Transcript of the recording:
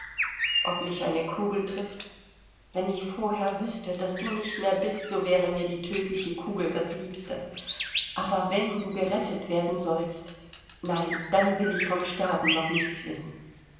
ob mich eine kugel trifft wenn ich vorher wüßte daß du nicht mehr bist so wäre mir die tödliche kugel das liebste aber wenn du gerettet werden sollst nein dann will ich vom sterben noch nichts wissen